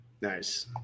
Nice